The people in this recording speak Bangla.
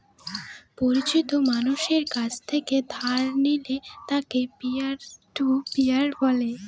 পরিচিত মানষের কাছ থেকে ধার নিলে তাকে পিয়ার টু পিয়ার বলে